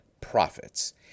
profits